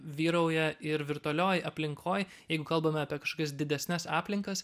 vyrauja ir virtualioj aplinkoj jeigu kalbame apie kažkokias didesnes aplinkas